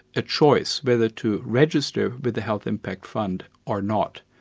a choice whether to register with the health impact fund or not.